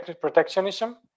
protectionism